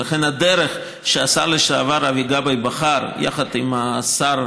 ולכן הדרך שהשר לשעבר אבי גבאי בחר יחד עם השר,